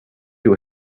you